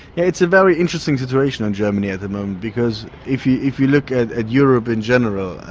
it's a very interesting situation in germany at the moment because if you if you look at at europe in general,